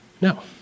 No